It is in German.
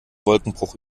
wolkenbruch